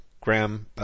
Graham